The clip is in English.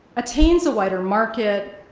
attains a wider market,